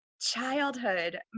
childhood